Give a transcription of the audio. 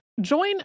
Join